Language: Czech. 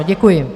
Děkuji.